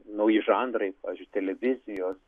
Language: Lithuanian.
nauji žanrai pavyzdžiui televizijos